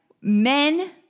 men